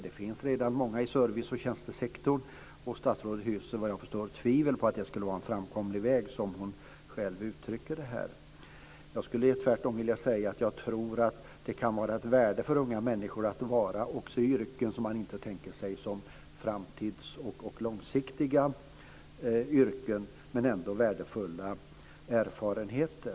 Det finns redan många i service och tjänstesektorn. Statsrådet hyser, såvitt jag förstår, tvivel inför att det skulle vara en framkomlig väg. Hon uttrycker det så själv. Jag skulle tvärtom vilja säga att jag tror att det kan vara ett värde för unga människor att också ha yrken som man inte tänker sig som framtidsyrken eller yrken att ha på lång sikt. Det är ändå värdefulla erfarenheter.